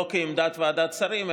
לא כעמדת ועדת שרים,